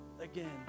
again